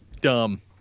Dumb